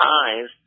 eyes